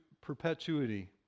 perpetuity